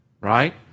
right